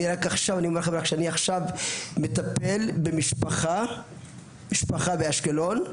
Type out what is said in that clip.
אני מטפל במשפחה באשקלון,